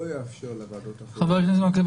יאפשר לוועדות האחרות --- חבר הכנסת מקלב,